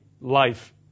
life